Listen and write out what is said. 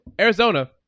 Arizona